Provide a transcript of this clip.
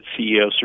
CEO